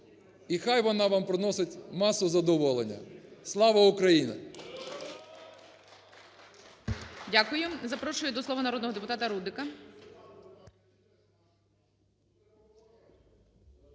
І хай вона вам приносить масу задоволення. Слава Україні!